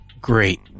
Great